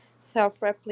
self-replicating